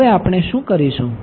હવે આપણે શું કરીશું